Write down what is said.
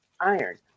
iron